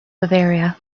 bavaria